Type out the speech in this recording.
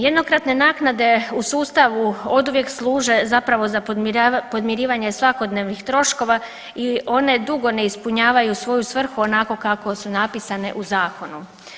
Jednokratne naknade u sustavu oduvijek služe zapravo za podmirivanje svakodnevnih troškova i one dugo ne ispunjavaju svoju svrhu onako kako su napisane u zakonu.